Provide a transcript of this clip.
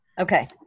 Okay